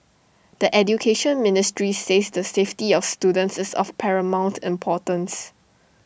the Education Ministry says the safety of students is of paramount importance